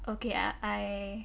okay i~ I